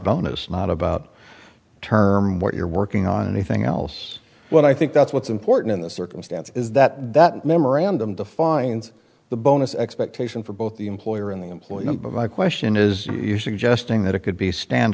bonus not about term what you're working on anything else but i think that's what's important in the circumstance is that that memorandum defines the bonus expectation for both the employer and the employment but my question is are you suggesting that it could be stand